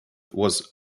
was